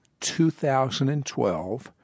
2012